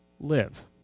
live